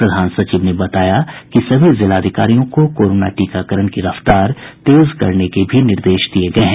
प्रधान सचिव ने बताया कि सभी जिलाधिकारियों को कोरोना टीकाकरण की रफ्तार तेज करने के भी निर्देश दिये गये हैं